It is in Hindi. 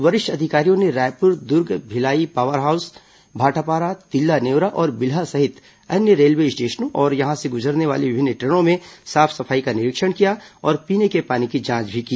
वरिष्ठ अधिकारियों ने रायपुर दुर्ग भिलाई पावर हाउस भाटापारा तिल्दा नेवरा और बिल्हा सहित अन्य रेलवे स्टेशनों और यहां से गुजरने वाली विभिन्न ट्रेनों में साफ सफाई का निरीक्षण किया और पीने के पानी की जांच भी की